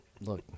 Look